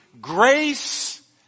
grace